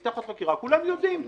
נפתחת חקירה כולם יודעים: